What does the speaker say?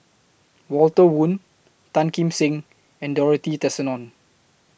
Walter Woon Tan Kim Seng and Dorothy Tessensohn